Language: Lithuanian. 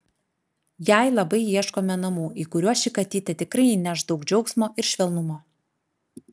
jai labai ieškome namų į kuriuos ši katytė tikrai įneš daug džiaugsmo ir švelnumo